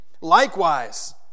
Likewise